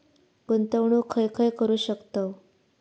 गुंतवणूक खय खय करू शकतव?